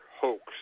hoax